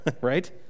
right